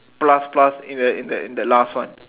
plus plus in the in the in the last one